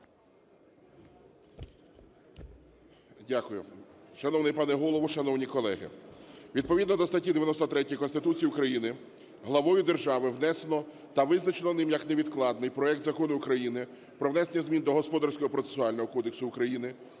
Дякую. Шановний пане Голово, шановні колеги! Відповідно до статті 93 Конституції України главою держави внесено та визначено ним як невідкладний проект Закону України про внесення змін до Господарського процесуального кодексу України,